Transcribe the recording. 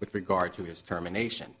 with regard to his termination